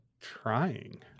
trying